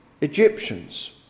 Egyptians